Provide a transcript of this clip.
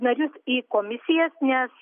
narius į komisijas nes